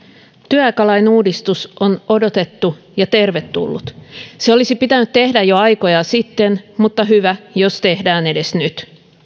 työaikalain uudistus on odotettu ja tervetullut se olisi pitänyt tehdä jo aikoja sitten mutta hyvä jos tehdään edes nyt